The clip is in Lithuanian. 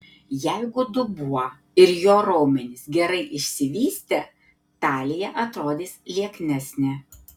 jeigu dubuo ir jo raumenys gerai išsivystę talija atrodys lieknesnė